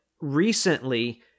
recently